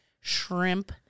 shrimp